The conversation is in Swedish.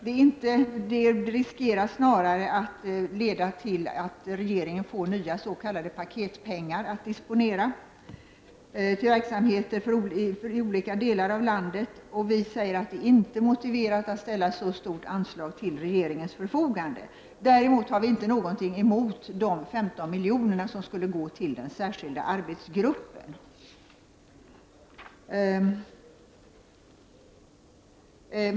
Det riskerar snarare att leda till att regeringen får nya s.k. paketpengar att disponera till verksamheter i olika delar av landet, och vi säger att det inte är motiverat att ställa ett så stort anslag till regeringens förfogande. Däremot har vi inte någonting emot de 15 miljoner som skulle gå till den särskild arbetsgruppen.